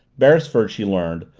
beresford, she learned,